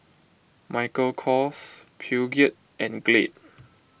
Michael Kors Peugeot and Glade